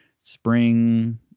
spring